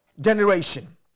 generation